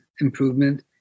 improvement